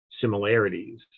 similarities